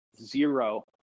zero